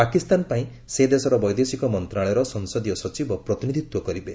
ପାକିସ୍ତାନପାଇଁ ସେଦେଶର ବୈଦେଶିକ ମନ୍ତ୍ରଣାଳୟର ସଂସଦୀୟ ସଚିବ ପ୍ରତିନିଧିତ୍ୱ କରିବେ